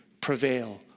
prevail